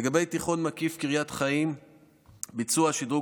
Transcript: לגבי תיכון מקיף קריית חיים ביצוע שדרוג